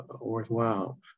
worthwhile